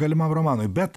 galimam romanui bet